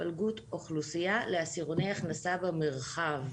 התפלגות אוכלוסייה לעשירוני הכנסה במרחב.